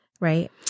right